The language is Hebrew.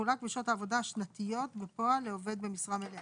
ערך שעה לעובד שמירה